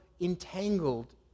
entangled